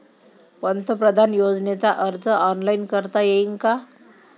पंतप्रधान योजनेचा अर्ज ऑनलाईन करता येईन का?